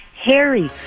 Harry